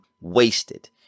wasted